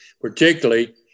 particularly